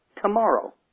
Tomorrow